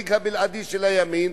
המנהיג הבלעדי של הימין.